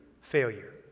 failure